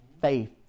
faith